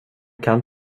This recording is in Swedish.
kan